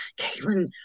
Caitlin